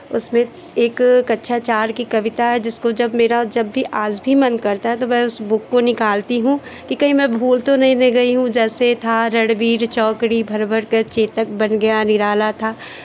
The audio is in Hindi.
उसमें एक कक्षा चार की कविता है जिसको जब मेरा जब भी आज भी मन करता है तो मैं उस बुक को निकालती हूँ कि कहीं मैं भूल तो नहीं ना गई हूँ जैसे था रणबीर चौकड़ी भर भर कर चेतक बन गया निराला था